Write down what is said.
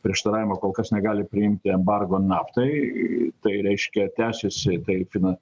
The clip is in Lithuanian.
prieštaravimo kol kas negali priimti embargo naftai tai reiškia tęsiasi tai fina